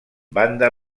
banda